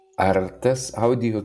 ar tas audio